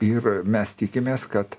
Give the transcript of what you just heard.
ir mes tikimės kad